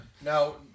Now